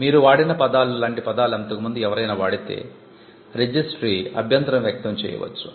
మీరు వాడిన పదాలు లాంటి పదాలు ఇంతకు ముందు ఎవరైనా వాడితే రిజిస్ట్రీ అభ్యంతరం వ్యక్తం చేయవచ్చు